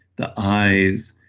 the eyes,